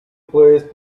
puedes